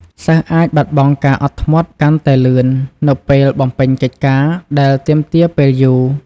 សិស្សអាចបាត់បង់ការអត់ធ្មត់កាន់តែលឿន នៅពេលបំពេញកិច្ចការដែលទាមទារពេលយូរ។